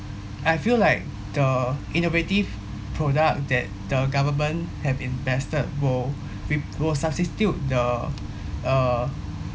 I feel like the innovative product that the government have invested will wi~ will substitute the uh